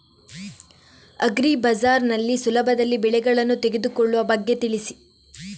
agri ಬಜಾರ್ ನಲ್ಲಿ ಸುಲಭದಲ್ಲಿ ಬೆಳೆಗಳನ್ನು ತೆಗೆದುಕೊಳ್ಳುವ ಬಗ್ಗೆ ತಿಳಿಸಿ